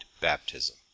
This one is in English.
baptism